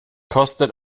kostet